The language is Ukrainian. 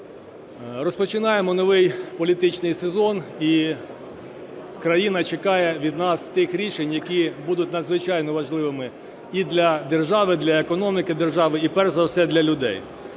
Розпочинаємо новий політичний сезон і країна чекає від нас тих рішень, які будуть надзвичайно важливими і для держави, і для економіки держави, і перш за все для людей.